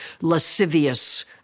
lascivious